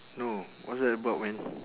no what's that about man